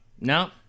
No